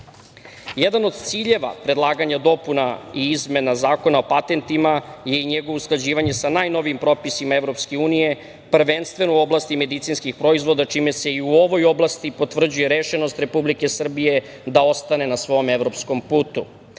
od ciljeva predlaganja dopuna i izmena Zakona o patentnima je i njegovo usklađivanje sa najnovijim propisima Evropske unije, prvenstveno u oblasti medicinskih proizvoda čime se i u ovoj oblasti utvrđuje rešenost Republike Srbije da ostane na svom evropskom